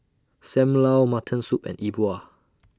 SAM Lau Mutton Soup and E Bua